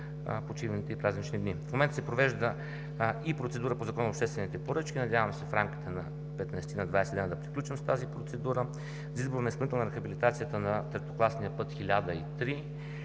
почивните и празнични дни. В момента се провежда и процедура по Закона за обществените поръчки. Надявам се в рамките на 15-20 дни да приключим с тази процедура за избор на изпълнител за рехабилитация на пътя ІІІ-1003